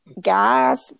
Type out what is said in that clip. gas